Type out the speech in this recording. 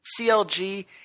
CLG